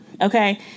Okay